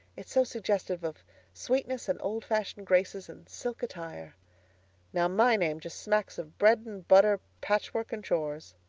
it's so suggestive of sweetness and old-fashioned graces and silk attire now, my name just smacks of bread and butter, patchwork and chores.